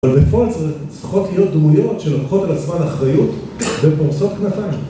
אבל בפועל צריכות להיות דמויות שלוקחות על עצמן אחריות ופורסות כנפיים